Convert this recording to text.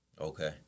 Okay